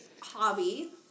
hobby